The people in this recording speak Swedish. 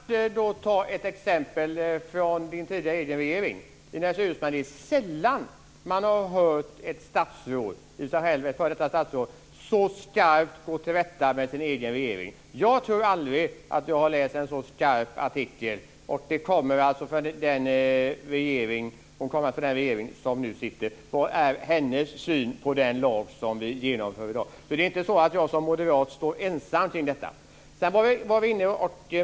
Fru talman! Låt mig först ta ett exempel från Det är sällan som man har sett ett f.d. statsråd så skarpt tillrättavisa sin egen regering. Jag tror aldrig att jag har läst en artikel som är så skarp - hon har alltså suttit i den socialdemokratiska regeringen - och det är hennes syn på den lag som vi ska fatta beslut om i dag. Det är alltså inte så att jag som moderat står ensam i fråga om detta.